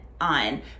on